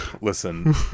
Listen